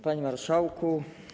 Panie Marszałku!